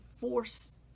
force